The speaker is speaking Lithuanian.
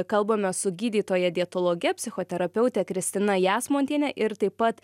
kalbame su gydytoja dietologe psichoterapeute kristina jasmontiene ir taip pat